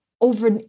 over